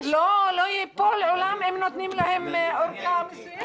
לא ייפול העולם אם נותנים להם ארכה מסוימת.